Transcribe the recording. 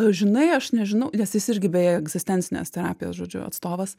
žinai aš nežinau nes jis irgi beje egzistencinės terapijos žodžiu atstovas